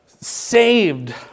saved